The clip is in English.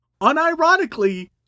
Unironically